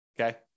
Okay